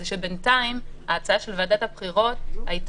זה שבינתיים ההצעה של ועדת הבחירות שגם